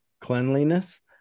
cleanliness